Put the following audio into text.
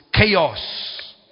chaos